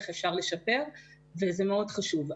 איך אפשר לשפר וזה מאוד חשוב.